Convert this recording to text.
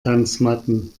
tanzmatten